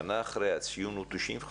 שנה אחרי הציון הוא 95